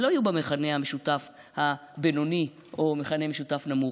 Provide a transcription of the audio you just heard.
הם לא יהיו במכנה המשותף הבינוני או במכנה המשותף הנמוך,